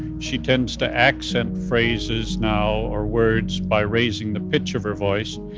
she tends to accent phrases now or words by raising the pitch of her voice.